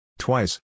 Twice